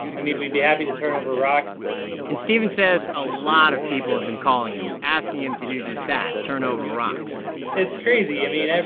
i mean, we'd be happy to turn over rocks and steven says a lot of people have been calling him, asking him to do just that turn over rocks it's crazy. i mean,